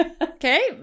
Okay